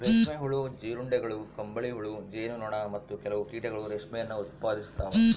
ರೇಷ್ಮೆ ಹುಳು, ಜೀರುಂಡೆಗಳು, ಕಂಬಳಿಹುಳು, ಜೇನು ನೊಣ, ಮತ್ತು ಕೆಲವು ಕೀಟಗಳು ರೇಷ್ಮೆಯನ್ನು ಉತ್ಪಾದಿಸ್ತವ